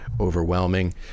overwhelming